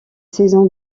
saison